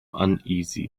uneasy